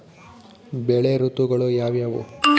ಬೆಳೆ ಋತುಗಳು ಯಾವ್ಯಾವು?